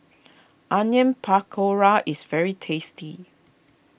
Onion Pakora is very tasty